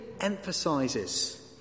emphasizes